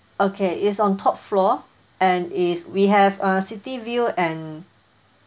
okay is on top floor and it's we have uh city view and